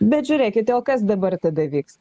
bet žiūrėkite o kas dabar tada vyks